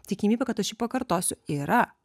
tikimybė kad aš jį pakartosiu yra